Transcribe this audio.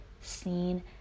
seen